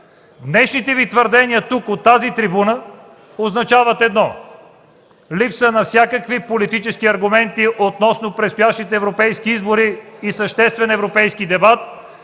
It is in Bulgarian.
Днешните Ви твърдения тук, от тази трибуна, означават едно – липса на всякакви политически аргументи относно предстоящите европейски избори и съществен европейски дебат,